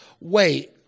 wait